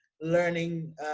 learning